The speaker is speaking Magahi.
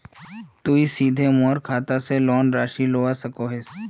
तुई सीधे मोर खाता से लोन राशि लुबा सकोहिस?